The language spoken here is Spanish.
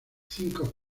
cinco